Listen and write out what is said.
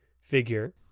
figure